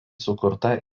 sukurta